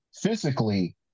physically